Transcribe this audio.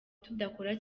tudakora